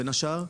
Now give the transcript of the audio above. בין השאר.